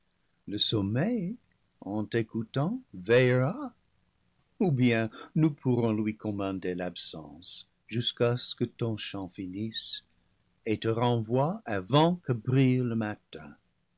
le sommeil en t'écoutant veillera ou bien nous pourrons lui commander l'absence jusqu'à ce que ton chant finisse et te renvoie avant que brille le matin